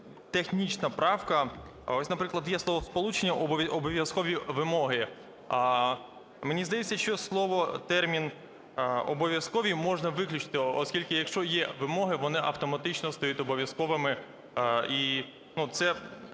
технічна правка. Ось, наприклад, є словосполучення "обов'язкові вимоги", а мені здається, що слово термін "обов'язковий" можна виключити, оскільки, якщо є "вимоги", вони автоматично стають обов'язковими.